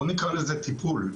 בוא נקרא לזה טיפול,